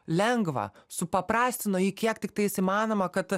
lengvą supaprastino jį kiek tiktais įmanoma kad